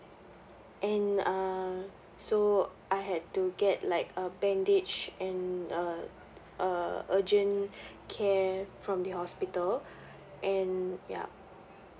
and um so I had to get like a bandage and uh uh urgent care from the hospital and yup